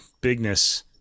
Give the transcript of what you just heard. bigness